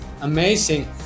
Amazing